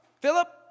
Philip